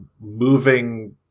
moving